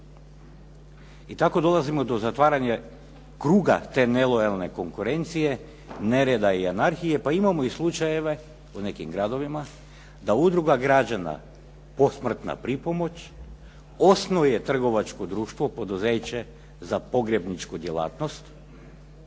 I tako dolazimo do zatvaranja kruga te nelojalne konkurencije, nereda i anarhije pa imamo i slučajeve u nekim gradovima, da Udruga građana Posmrtna pripomoć osnuje trgovačko društvo, poduzeće za pogrebničku djelatnost